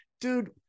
dude